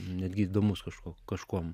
netgi įdomus kažkuo kažkuom